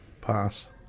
Pass